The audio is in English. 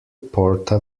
porta